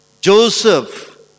Joseph